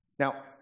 Now